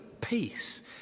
peace